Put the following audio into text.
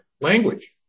language